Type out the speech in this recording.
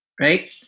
right